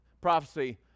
prophecy